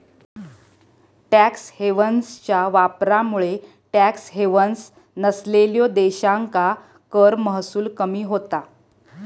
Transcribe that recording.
tax हेव्हन्सच्या वापरामुळे tax havens नसलेल्यो देशांका कर महसूल कमी होता